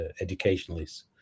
educationalists